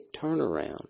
turnaround